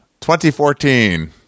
2014